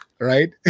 right